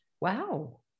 wow